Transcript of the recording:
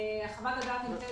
חוות הדעת נמצאת